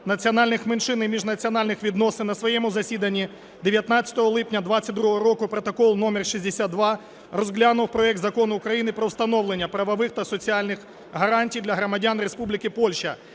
національних меншин і міжнаціональних відносин на своєму засіданні 19 липня 22-го року, протокол №62, розглянув проект Закону України про встановлення правових та соціальних гарантій для громадян Республіки Польща,